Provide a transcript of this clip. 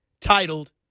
titled